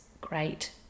great